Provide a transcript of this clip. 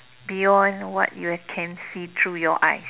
beyond what you can see through your eyes